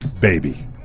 baby